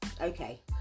Okay